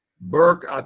Burke